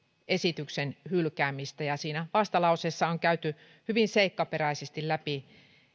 esityksen hylkäämistä siinä vastalauseessa on käyty hyvin seikkaperäisesti läpi